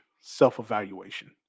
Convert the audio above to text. self-evaluation